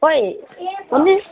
खोइ कुन्नी